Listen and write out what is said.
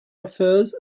affairs